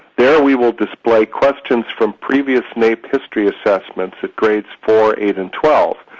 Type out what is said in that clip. there we will display questions from previous naep history assessments at grades four, eight, and twelve,